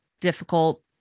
difficult